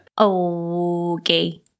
Okay